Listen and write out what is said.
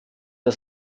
der